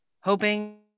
hoping